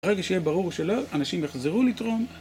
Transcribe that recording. ברגע שיהיה ברור שלא, אנשים יחזרו לתרום.